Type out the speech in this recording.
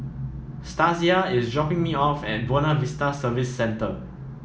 Stasia is dropping me off at Buona Vista Service Centre